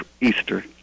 Easter